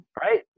right